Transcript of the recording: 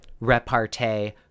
repartee